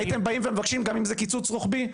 הייתם באים ומבקשים, גם אם זה קיצוץ רוחבי?